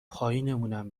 پایینمونم